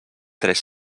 tres